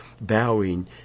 bowing